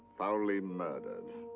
foully murdered.